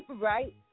Right